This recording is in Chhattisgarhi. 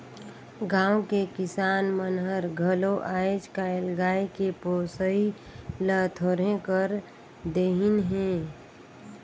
गाँव के किसान मन हर घलो आयज कायल गाय के पोसई ल थोरहें कर देहिनहे